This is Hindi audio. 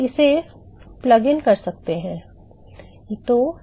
तो मैं इसे प्लग इन कर सकता हूं